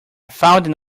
found